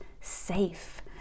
safe